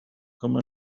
come